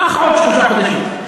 קח עוד שלושה חודשים.